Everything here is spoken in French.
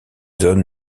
zones